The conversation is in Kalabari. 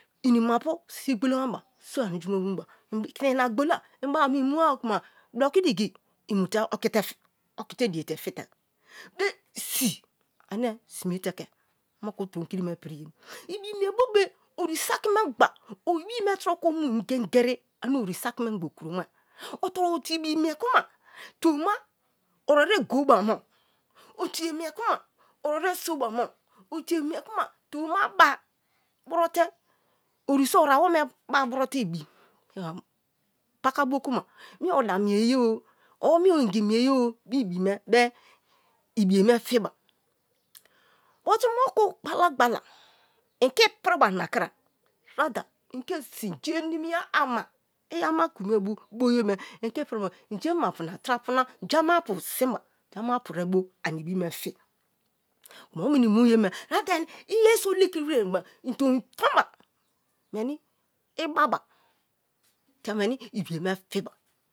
Ini ma-apu sii gbolomaba so anju me mu ba ina ogbola in be ba m in mua-o kuma doki digi in mute oki te die te fite be si anie sime te ke moku tom, kriri me priye ibi mie bobe ori saki memgba ori ibi me troko mu ingegeri anir ori saki memgba k'romar o tie ibi miw kuma tomma orere go ba mo o tiei miw kuma orere sō ba mo, ō tie kuma tom'ma ba bro te ori so ar' awome ba bro bre ibi, paka bo kuma mie oda mie yer o or mie o ingi mie yeo be-ibi me be ibiye me fiba. But moku gbola gbola in ke- ipri bar' na kra rather in ke sin je nimi-a amai ama ku me bu boye me in ke in je mapu na tra apu na ama pu sin ba te ama- apu re bo ani bi me fi omeni mu ye me late iyeriso leki wrer kuma in tomi tonba meni iba ba te meni ibiye me fibia.